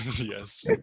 yes